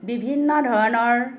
বিভিন্ন ধৰণৰ